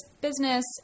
business